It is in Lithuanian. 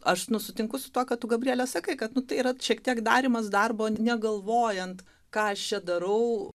aš nu sutinku su tuo ką tu gabriele sakai kad nu tai yra šiek tiek darymas darbo negalvojant ką aš čia darau